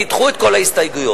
תדחו את כל ההסתייגויות.